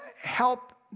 help